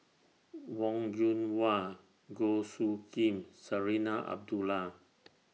Wong Yoon Wah Goh Soo Khim Zarinah Abdullah